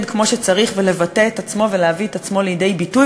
כמו שצריך ולבטא את עצמו ולהביא את עצמו לידי ביטוי.